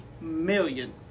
million